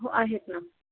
हो आहेत ना